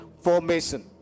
formation